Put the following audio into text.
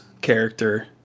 character